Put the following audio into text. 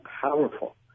powerful